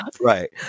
Right